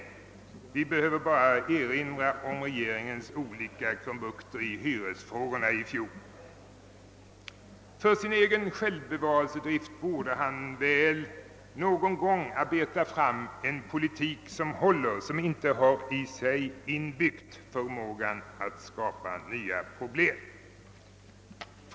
Jag behöver bara erinra om regeringens olika krumbuktande i hyresfrågorna i fjol. Av självbevarelsedrift borde han väl någon gång söka komma fram till en politik som håller och som i sig inte rymmer förmågan att skapa nya problem.